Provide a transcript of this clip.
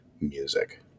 music